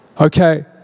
Okay